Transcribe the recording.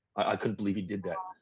i couldn't believe he did that.